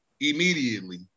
immediately